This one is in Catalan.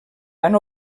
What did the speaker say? van